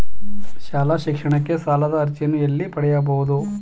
ಶಾಲಾ ಶಿಕ್ಷಣಕ್ಕೆ ಸಾಲದ ಅರ್ಜಿಯನ್ನು ಎಲ್ಲಿ ಪಡೆಯಬಹುದು?